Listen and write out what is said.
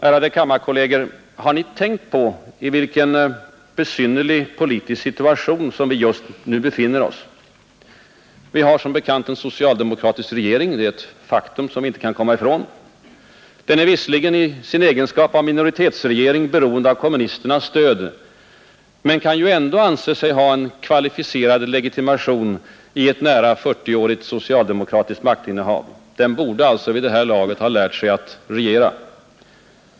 Ärade kammarkolleger! Har ni tänkt på i vilken besynnerlig politisk situation vi just nu befinner oss? Vi har som bekant en socialdemokratisk regering — det är ett faktum som vi inte kan komma ifrån. Den är visserligen i sin egenskap av minoritetsregering beroende av kommunisternas stöd men kan ändå anse sig ha kvalificerad legitimation i ett nära 40-årigt socialdemokratiskt maktinnehav. Den borde alltså vid det här laget ha lärt sig att regera.